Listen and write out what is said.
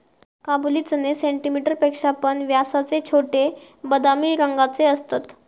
काबुली चणे सेंटीमीटर पेक्षा पण व्यासाचे छोटे, बदामी रंगाचे असतत